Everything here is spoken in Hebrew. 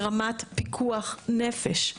ברמת פיקוח נפש.